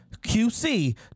QC